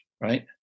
right